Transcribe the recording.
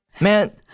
Man